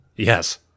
Yes